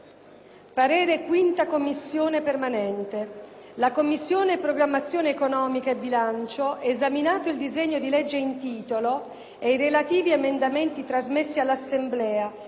parere non ostativo». «La Commissione programmazione economica, bilancio, esaminato il disegno di legge in titolo ed i relativi emendamenti trasmessi dall'Assemblea,